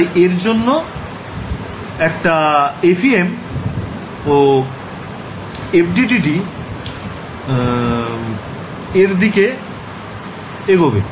তাই এর জন্য এটা FEM ও FDTD এর দিকে এগবে